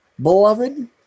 Beloved